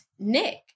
nick